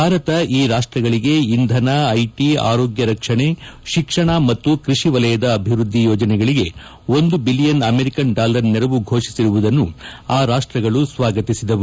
ಭಾರತ ಈ ರಾಷ್ಟಗಳಿಗೆ ಇಂಧನ ಐಟಿ ಆರೋಗ್ಡ ರಕ್ಷಣೆ ಶಿಕ್ಷಣ ಮತ್ತು ಕೃಷಿ ವಲಯದ ಅಭಿವೃದ್ದಿ ಯೋಜನೆಗಳಿಗೆ ಒಂದು ಬಿಲಿಯನ್ ಅಮೆರಿಕನ್ ಡಾಲರ್ ನೆರವು ಘೋಷಿಸಿರುವುದನ್ನು ಆ ರಾಷ್ಟಗಳು ಸ್ವಾಗತಿಸಿದವು